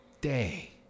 day